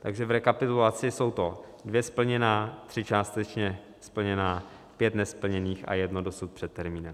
V rekapitulaci jsou to dvě splněná, tři částečně splněná, pět nesplněných a jedno dosud před termínem.